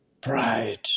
Pride